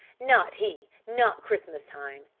not he! not christmas time!